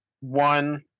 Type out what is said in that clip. one